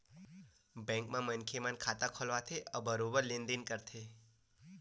bank म मनखे मन खाता खोलवाथे अउ बरोबर लेन देन करथे